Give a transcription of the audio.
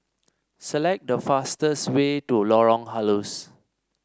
select the fastest way to Lorong Halus